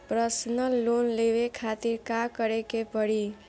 Personal loan लेवे खातिर का करे के पड़ी?